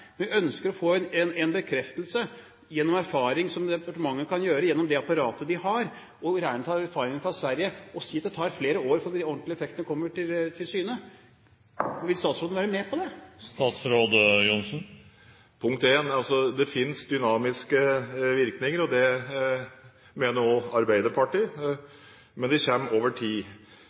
Vi ønsker å få en bekreftelse gjennom erfaringer som departementet kan gjøre gjennom det apparatet de har, og de kan gjerne ta erfaringer fra Sverige og si at det tar flere år før de ordentlige effektene kommer til syne. Vil statsråden være med på det? Det fins dynamiske virkninger, det mener også Arbeiderpartiet, men de kommer over tid.